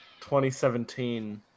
2017